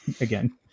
again